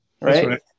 Right